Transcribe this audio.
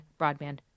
broadband